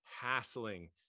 hassling